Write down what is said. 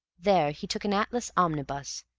there he took an atlas omnibus,